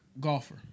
golfer